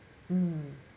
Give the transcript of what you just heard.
mm